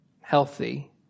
healthy